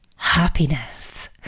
happiness